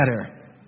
better